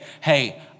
hey